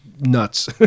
nuts